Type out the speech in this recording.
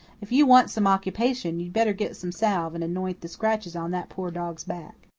if you want some occupation, you'd better get some salve and anoint the scratches on that poor dog's back.